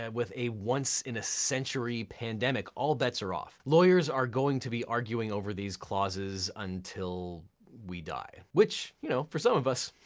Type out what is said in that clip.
and with a once in a century pandemic, all bets are off. lawyers are going to be arguing over these clauses until we die, which you know for some of us,